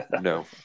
no